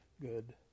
good